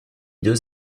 deux